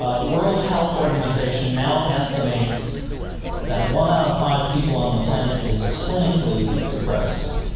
the world health organization now estimates that one out of five people on the planet is clinically depressed.